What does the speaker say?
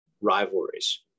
rivalries